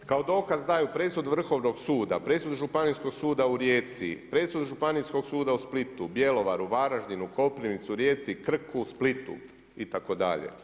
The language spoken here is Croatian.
Kao dokaz daju presudu Vrhovnog suda, presudu Županijskog suda u Rijeci, presudu Županijskog suda u Splitu, Bjelovaru, Varaždinu, Koprivnici, Rijeci, Krku, Splitu itd.